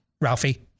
Ralphie